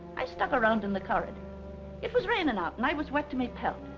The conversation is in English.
i stuck around in the corridor. it was raining out and i was wet to me pelt.